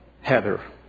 Heather